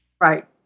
Right